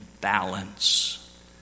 balance